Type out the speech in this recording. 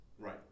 Right